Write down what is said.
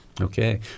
okay